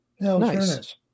Nice